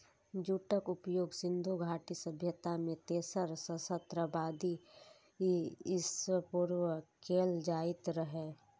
जूटक उपयोग सिंधु घाटी सभ्यता मे तेसर सहस्त्राब्दी ईसा पूर्व कैल जाइत रहै